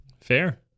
Fair